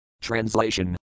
Translation